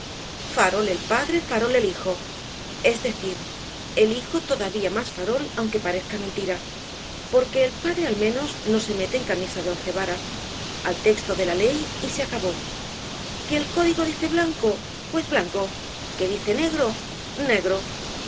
el padre farol el hijo es decir el hijo todavía más farol aunque parezca mentira porque el padre al menos no se mete en camisa de once varas al texto de la ley y se acabó que el código dice blanco pues blanco que dice negro negro